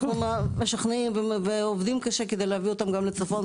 אנחנו משכנעים ועובדים קשה כדי להביא אותם גם לצפון,